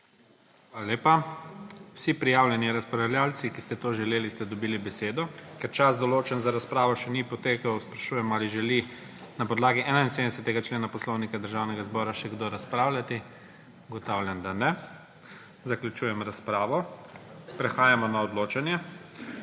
Hvala lepa. Vsi prijavljeni razpravljavci, ki ste to želeli, ste dobili besedo. Ker čas, določen za razpravo, še ni potekel, sprašujem, ali želi na podlagi 71. člena Poslovnika Državnega zbora še kdo razpravljati. Ugotavljam, da ne. Zaključujem razpravo. Prehajamo na odločanje.